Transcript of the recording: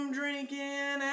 drinking